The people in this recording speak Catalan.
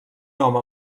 home